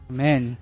Amen